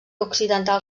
occidental